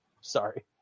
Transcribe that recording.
Sorry